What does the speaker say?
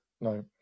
No